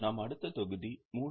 நாம் அடுத்த தொகுதி 3